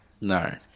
No